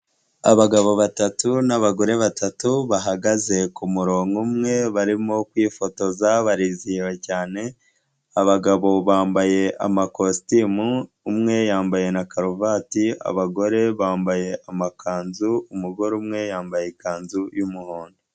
Abagabo batatu n'abagore batatu bahagaze ku murongo umwe barimo kwifotoza barizihiwe cyane, abagabo bambaye amakositimu, umwe yambaye na karuvati, abagore bambaye amakanzu, umugore umwe yambaye ikanzu y'umuhondo.